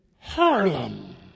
Harlem